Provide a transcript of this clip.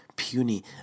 puny